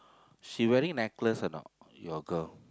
she wearing necklace or not your girl